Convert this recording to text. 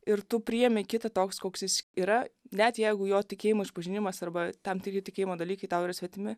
ir tu priėmė kitą toks koks jis yra net jeigu jo tikėjimo išpažinimas arba tam tikri tikėjimo dalykai tau yra svetimi